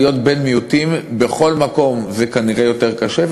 להיות בן-מיעוטים בכל מקום זה כנראה יותר קשה,